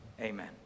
Amen